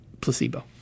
placebo